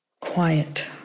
quiet